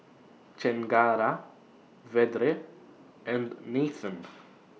Chengara Vedre and Nathan